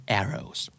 arrows